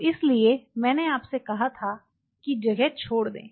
तो इसीलिए मैंने आपसे कहा था कि जगह छोड़ दें